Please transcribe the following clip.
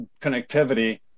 connectivity